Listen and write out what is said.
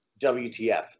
WTF